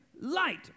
light